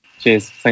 cheers